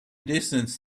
distance